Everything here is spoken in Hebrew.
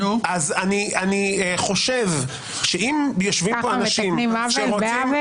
אני חושב שאם יושבים כאן אנשים שרוצים --- מתקנים עוול בעוול?